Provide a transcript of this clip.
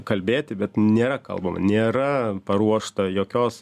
kalbėti bet nėra kalbama nėra paruošta jokios